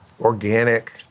organic